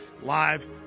live